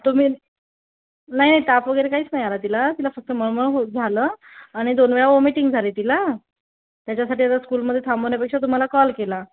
तुम्ही नाही ताप वगैरे काहीच नाही आला तिला तिला फक्त मळमळ होत झालं आणि दोन वेळा ओमिटिंग झाली तिला त्याच्यासाठी आता स्कूलमध्ये थांबवण्यापेक्षा तुम्हाला कॉल केला